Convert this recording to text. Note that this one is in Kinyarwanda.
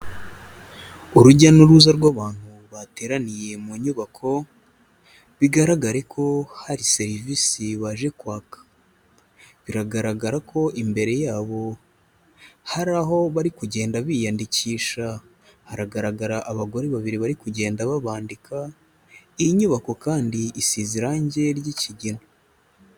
Urujya n'uruza rw'abantu bateraniye mu nyubako, bigaragare ko hari serivise baje kwaka, biragaragara ko imbere yabo, hari aho bari kugenda biyandikisha, hagaragara abagore babiri bari kugenda babandika, iyi nyubako kandi isize irange ry'ikigina.